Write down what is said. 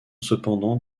cependant